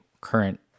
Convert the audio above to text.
current